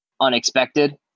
unexpected